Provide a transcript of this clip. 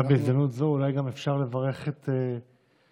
רק בהזדמנות זו אולי גם אפשר לברך ולהודות